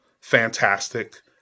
fantastic